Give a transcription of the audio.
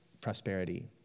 prosperity